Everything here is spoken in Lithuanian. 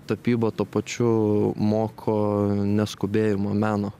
tapyba tuo pačiu moko neskubėjimo meno